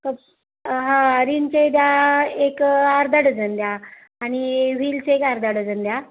हां रिनचे द्या एक अर्धा डझन द्या आनि व्हीलचे एक अर्धा डझन द्या